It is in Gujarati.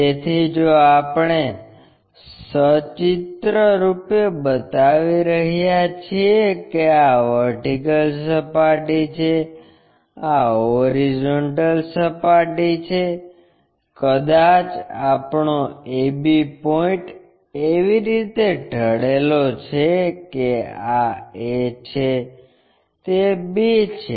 તેથી જો આપણે સચિત્ર રૂપે બતાવી રહ્યા છીએ કે આ વર્ટિકલ સપાટી છે આ હોરિઝોન્ટલ સપાટી છે કદાચ આપણો AB પોઇન્ટ એવી રીતે ઢળેલો છે કે આ A છે તે B છે